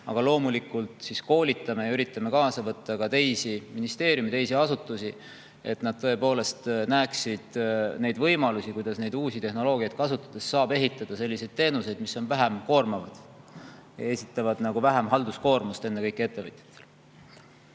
aga loomulikult koolitame ja üritame kaasata ka teisi ministeeriume ja asutusi, et nad tõepoolest näeksid võimalusi, kuidas neid uusi tehnoloogiaid kasutades saab [luua] selliseid teenuseid, mis on vähem koormavad ja [toovad kaasa] vähem halduskoormust ennekõike ettevõtjatele.